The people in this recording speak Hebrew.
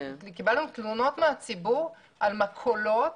קיבלנו תלונות מהציבור על מכולות